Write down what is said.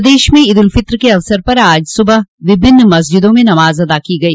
प्रदेश में ईद उल फित्र के अवसर पर आज सुबह विभिन्न मस्जिदों में नमाज अदा की गई